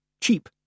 Cheap